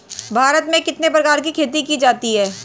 भारत में कितने प्रकार की खेती की जाती हैं?